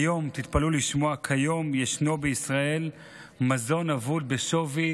כיום, תתפלאו לשמוע, ישנו בישראל מזון אבוד בשווי